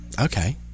Okay